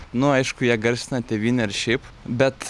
nu aišku jie garsina tėvynę ir šiaip bet